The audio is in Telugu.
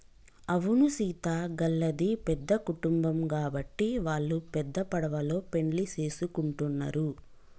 అవును సీత గళ్ళది పెద్ద కుటుంబం గాబట్టి వాల్లు పెద్ద పడవలో పెండ్లి సేసుకుంటున్నరు